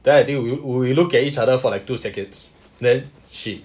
then I think we we looked at each other for like two seconds then she